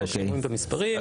אלה השינויים במספרים.